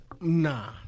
Nah